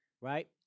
right